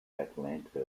atlanta